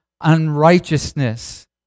unrighteousness